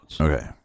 Okay